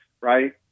right